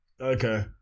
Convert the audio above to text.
Okay